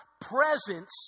presence